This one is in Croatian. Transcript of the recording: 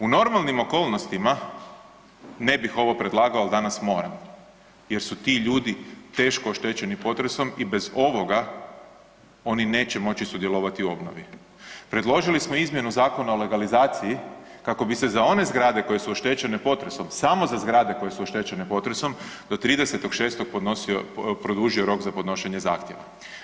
U normalnim okolnostima ne bih ovo predlagao, al danas moram jer su ti ljudi teško oštećeni potresom i bez ovoga oni neće moći sudjelovati u obnovi, predložili smo izmjenu Zakona o legalizaciji kako bi se za one zgrade koje su oštećene potresom, samo za zgrade koje su oštećene potresom do 30.6. produžio rok za podnošenje zahtjeva.